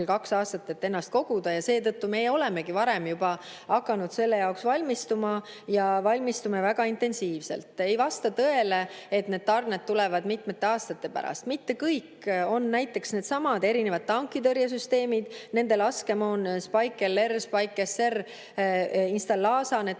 kaks aastat, et ennast koguda. Ja seetõttu me olemegi juba varem hakanud selle jaoks valmistuma ja valmistume väga intensiivselt. Ei vasta tõele, et need tarned tulevad mitmete aastate pärast. Mitte kõik – on näiteks needsamad erinevad tankitõrjesüsteemid, nende laskemoon, Spike LR, Spike SR, Instalaza. Need